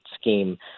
scheme